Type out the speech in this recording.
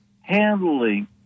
handling